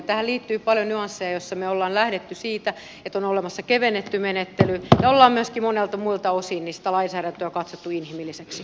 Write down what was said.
tähän liittyy paljon nyansseja joissa me olemme lähteneet siitä että on olemassa kevennetty menettely ja olemme myöskin monilta muilta osin sitä lainsäädäntöä katsoneet inhimilliseksi